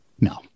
No